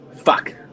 Fuck